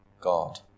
God